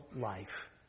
life